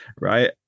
right